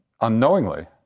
unknowingly